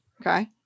okay